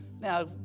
Now